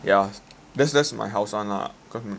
yes that's that's my house [one] lah